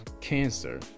cancer